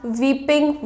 weeping